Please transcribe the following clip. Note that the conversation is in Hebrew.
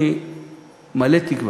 אני מלא תקווה,